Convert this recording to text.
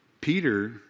Peter